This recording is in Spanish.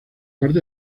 parte